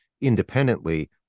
independently